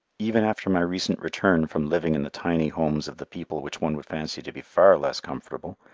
even after my recent return from living in the tiny homes of the people which one would fancy to be far less comfortable,